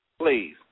Please